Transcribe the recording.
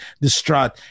distraught